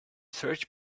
search